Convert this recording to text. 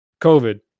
COVID